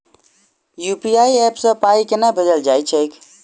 UPI app सँ पाई केना भेजल जाइत छैक?